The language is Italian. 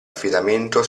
affidamento